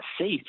safe